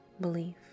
belief